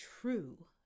true